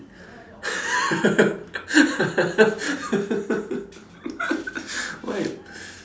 like